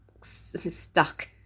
stuck